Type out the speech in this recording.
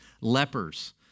lepers